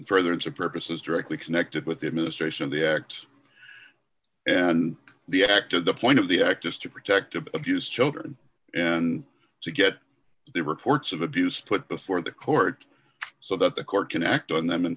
further into purpose is directly connected with the administration of the act and the act of the point of the act is to protect of abuse children and to get the reports of abuse put before the court so that the court can act on them and